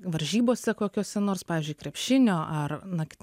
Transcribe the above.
varžybose kokiose nors pavyzdžiui krepšinio ar nakt